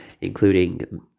including